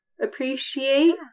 appreciate